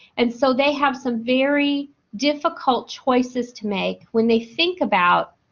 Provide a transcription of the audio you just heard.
and, so they have some very difficult choices to make when they think about